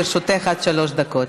לרשותך עד שלוש דקות.